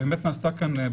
באמת נעשתה כאן,